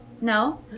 No